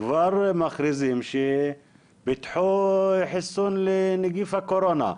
שכבר מכריזים שפיתחו חיסון לנגיף הקורונה?